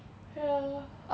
ya